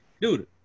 dude